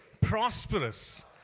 prosperous